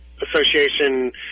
Association